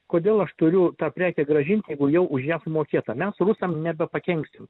kodėl aš turiu tą prekę grąžint jeigu jau už ją sumokėta mes rusam nebepakenksim